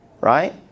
right